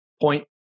point